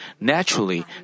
naturally